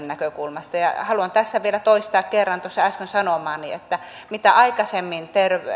näkökulmasta ja haluan tässä vielä kerran toistaa tuossa äsken sanomani että mitä aikaisemmin